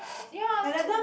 ya so